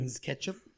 ketchup